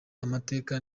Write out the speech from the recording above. amateka